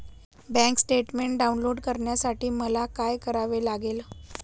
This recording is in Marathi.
बँक स्टेटमेन्ट डाउनलोड करण्यासाठी मला काय करावे लागेल?